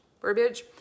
verbiage